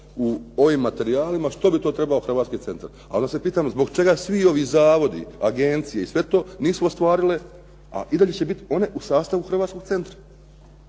u ovim materijalima što bi to trebao hrvatski centar. Ali se pitam zbog čega svi ovi zavodi, agencije i sve to nisu ostvarili, a i dalje će biti one u sastavu hrvatskog centra.